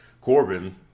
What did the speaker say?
Corbin